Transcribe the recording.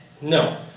No